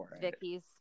Vicky's